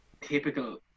typical